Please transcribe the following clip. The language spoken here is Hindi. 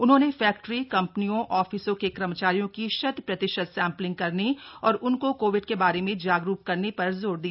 उन्होंने फैक्टरी कम्पनियों ऑफिसों के कर्मचारियों की शत प्रतिशत सैम्पलिंग करने और उनको कोविड के बारे में जागरूक करने पर जोर दिया